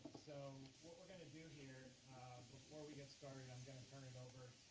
so what we're going to do here before we get started i'm going to turn it over